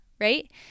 right